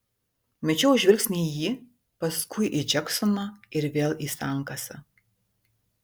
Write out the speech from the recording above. mečiau žvilgsnį į jį paskui į džeksoną ir vėl į sankasą